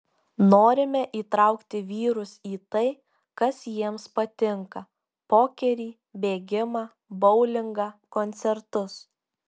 norime įtraukti vyrus į tai kas jiems patinka pokerį bėgimą boulingą koncertus